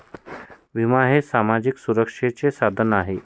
विमा हे सामाजिक सुरक्षिततेचे साधन आहे